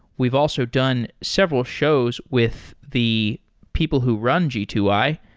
we've also done several shows with the people who run g two i,